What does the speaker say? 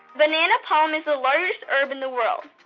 banana palm is the largest herb in the world.